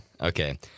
Okay